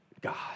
God